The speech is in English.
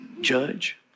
judge